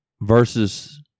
versus